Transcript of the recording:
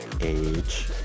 age